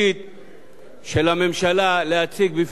של הממשלה להציג בפני הציבור הרחב,